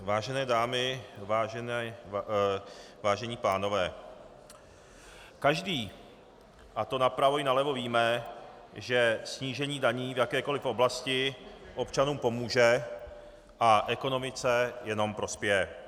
Vážené dámy, vážení pánové, každý, a to napravo i nalevo, víme, že snížení daní v jakékoliv oblasti občanům pomůže a ekonomice jenom prospěje.